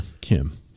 Kim